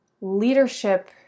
leadership